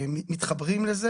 שמתחברים לזה.